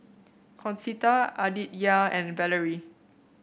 Concetta Aditya and Vallie